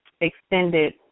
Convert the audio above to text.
extended